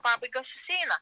pabaiga susieina